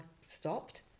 stopped